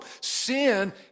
Sin